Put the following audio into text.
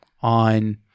on